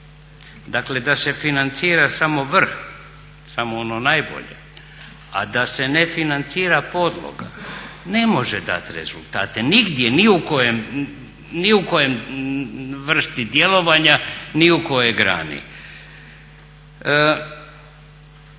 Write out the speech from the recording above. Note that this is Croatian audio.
dakle da se financira samo vrh, samo ono najbolje, a da se ne financira podloga ne može dati rezultate nigdje ni u kojem, ni u kojoj vrsti djelovanja, ni u kojoj grani.